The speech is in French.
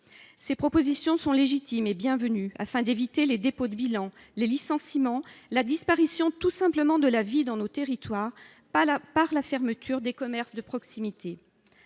Ces propositions sont légitimes et bienvenues pour éviter les dépôts de bilan, les licenciements, tout simplement la disparition de la vie dans nos territoires par la fermeture des commerces de proximité.